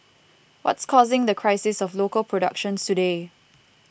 what's causing the crisis of local productions today